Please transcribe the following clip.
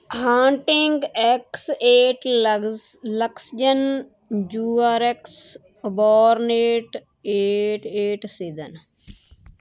hunting ਐਕਸ ਏਟ ਲਗਸ ਲਕਸਜ਼ਨ ਜੂਆਰੈਕਸ ਅਬੋਰਨੇਟ ਏਟ ਏਟ ਸੀਜ਼ਨ